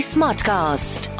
Smartcast